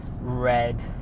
red